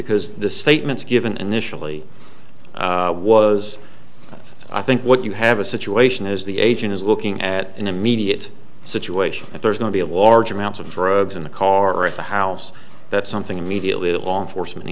because the statements given initially was i think what you have a situation is the agent is looking at an immediate situation if there's going to be a large amounts of drugs in the car or at the house that something immediately law enforcement